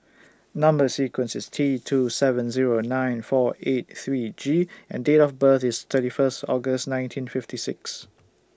Number sequence IS T two seven Zero nine four eight three G and Date of birth IS thirty First August nineteen fifty six